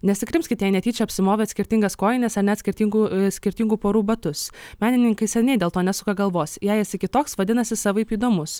nesikrimskit jei netyčia apsimovėt skirtingas kojines ar net skirtingų skirtingų porų batus menininkai seniai dėl to nesuka galvos jei esi kitoks vadinasi savaip įdomus